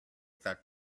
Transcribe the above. that